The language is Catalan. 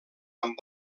amb